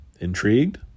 Intrigued